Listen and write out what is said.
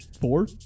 four